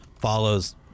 follows